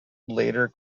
later